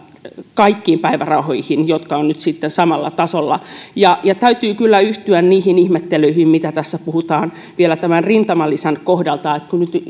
kaikkiin päivärahoihin jotka olisivat nyt sitten samalla tasolla ja ja täytyy kyllä yhtyä ihmettelyihin siitä mitä tässä puhutaan vielä tämän rintamalisän kohdalta että kun